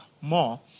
more